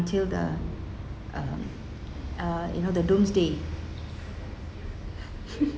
until the um uh you know the doomsday